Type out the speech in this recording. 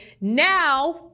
Now